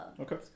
Okay